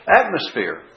atmosphere